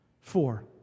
Four